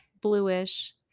bluish